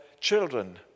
children